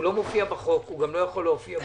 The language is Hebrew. הוא לא מופיע בחוק ולא יכול להופיע בו.